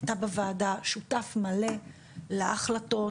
אתה בוועדה שותף מלא להחלטות,